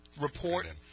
report